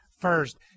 first